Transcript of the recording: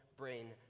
brain